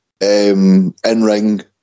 in-ring